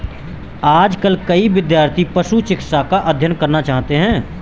आजकल कई विद्यार्थी पशु चिकित्सा का अध्ययन करना चाहते हैं